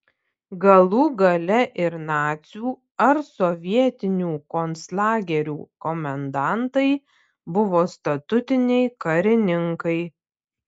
galų gale ir nacių ar sovietinių konclagerių komendantai buvo statutiniai karininkai